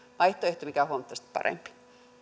vaihtoehto mikä on huomattavasti parempi arvoisa